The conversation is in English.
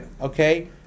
okay